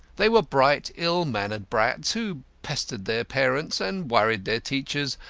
they were bright, ill-mannered brats, who pestered their parents and worried their teachers,